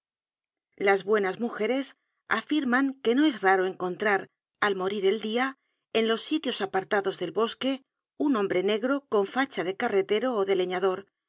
las buenas mujeres afirman que no es raro encontrar al morir el dia en los sitios apartados del bosque un hombre negro con facha de carretero ó